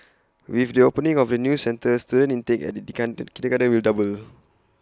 with the opening of the new centre student intake at the kindergarten will double